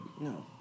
No